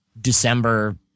December